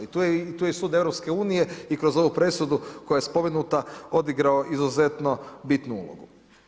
I tu je sud EU i kroz ovu presudu koja je spomenuta odigrao izuzetno bitnu ulogu.